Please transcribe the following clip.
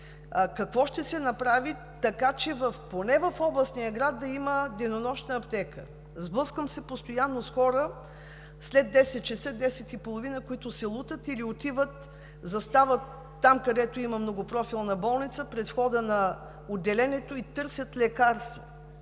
какво ще се направят, така че поне в областния град да има денонощна аптека? Постоянно се сблъсквам с хора след 22,00 – 22,30 ч., които се лутат или отиват, застават там, където има многопрофилна болница, пред входа на отделението и търсят лекарство.